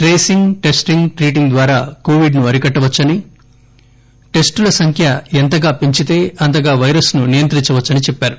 ట్రెసింగ్ testing treating ద్వారా కోవిడ్ను అరికట్టవచ్చని టెస్టుల సంఖ్య ఎంతగా పెంచితే అంతగా పైరస్ను నియంత్రించవచ్చని చెప్పారు